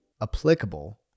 applicable